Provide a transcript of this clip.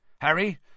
Harry